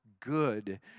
Good